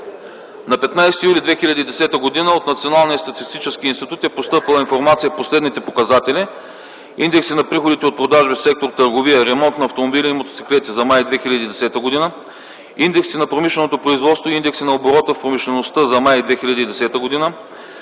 На 15 юли 2010 г. от Националния статистически институт е постъпила информация по следните показатели: - индекси на приходите от продажби в сектор „Търговия, ремонт на автомобили и мотоциклети” за май 2010 г.; - индекси на промишленото производство и индекси на оборота в промишлеността за м. май 2010 г.;